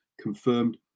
confirmed